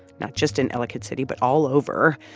not just in ellicott city but all over,